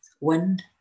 wind